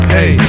Hey